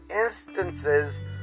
instances